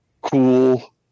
cool